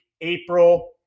April